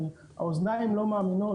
האוזניים לא מאמינות,